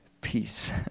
peace